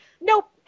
nope